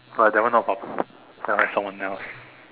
right that one not papa that one someone else